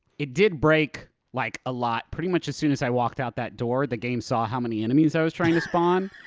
it did break, like, a lot. pretty much as soon as i walked out that door, the game saw how many enemies i was trying to spawn,